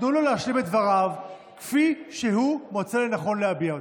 תנו לו להשלים את דבריו כפי שהוא מוצא לנכון להביע אותם.